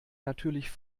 natürlich